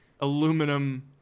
aluminum